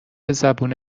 زبون